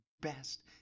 best